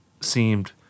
seemed